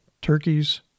turkeys